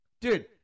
Dude